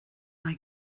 mae